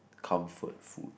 comfort food